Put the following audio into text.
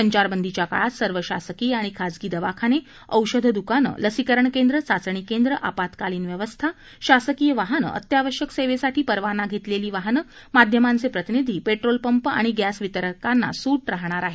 संचारबंदीच्या काळात सर्व शासकीय आणि खासगी दवाखाने औषध दुकानं लसीकरण केंद्र चाचणी केंद्र आपत्कालीन व्यवस्था शासकीय वाहनं अत्यावश्यक सेवेसाठी परवाना घेतलेले वाहने माध्यमांचे प्रतिनिधी पेट्रोलपंप आणि गद्ती वितरकांना सूट राहणार आहे